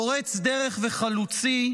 פורץ דרך וחלוצי,